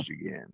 again